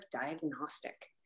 diagnostic